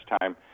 time